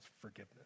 forgiveness